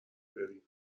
بریم